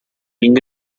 ring